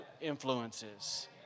influences